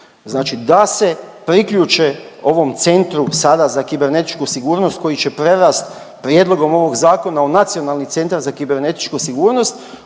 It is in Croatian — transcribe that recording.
da se priključe ovom centru sada za kibernetičku sigurnost koji će prerast prijedlogom ovog zakona u nacionalni centar za kibernetičku sigurnost,